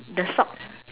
the socks